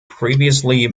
previously